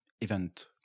event